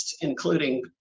including